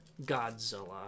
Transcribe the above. Godzilla